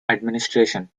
administration